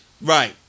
Right